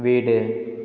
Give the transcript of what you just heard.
வீடு